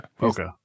Okay